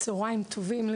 צהרים טובים.